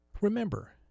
Remember